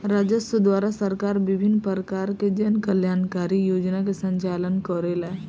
राजस्व द्वारा सरकार विभिन्न परकार के जन कल्याणकारी योजना के संचालन करेला